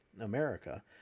America